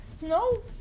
No